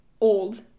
old